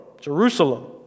Jerusalem